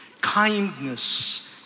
Kindness